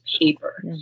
paper